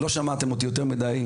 לא שומעים אותי יותר מידי,